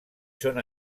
són